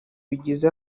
bigize